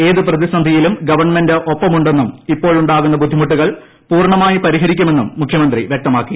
ഏതു പ്രതിസന്ധിയിലും ഗവൺമെന്റ് ഒപ്പമുണ്ടെന്നും ഇപ്പോഴുണ്ടാകുന്ന ബുദ്ധിമുട്ടുകൾ പൂർണ്ണമായും പരിഹ്രിക്കുമെന്നും മുഖ്യമുന്ത്രി വ്യക്തമാക്കി